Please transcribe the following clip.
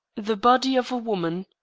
the body of a woman,